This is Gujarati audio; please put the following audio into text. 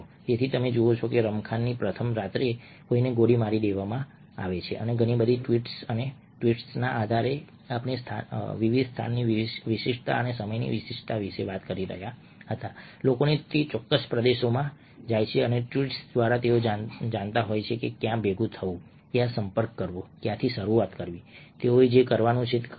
તેથી તમે જુઓ છો કે રમખાણની પ્રથમ રાત્રે કોઈને ગોળી મારી દેવામાં આવે છે અને ઘણી બધી ટ્વીટ્સ અને ટ્વીટ્સના આધારે જેમ આપણે સ્થાનની વિશિષ્ટતા અને સમયની વિશિષ્ટતા વિશે વાત કરી રહ્યા હતા લોકો તે ચોક્કસ પ્રદેશોમાં જાય છે અને ટ્વીટ્સ દ્વારા તેઓ જાણતા હોય છે કે ક્યાં ભેગા થવું ક્યાં સંપર્ક કરવો ક્યાંથી શરૂઆત કરવી તેઓએ જે કરવાનું છે તે કરવું